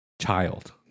Child